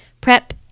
prep